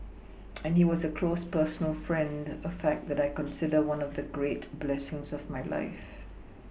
and he was a close personal friend a fact that I consider one of the great blessings of my life